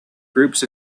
groups